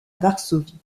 varsovie